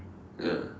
ya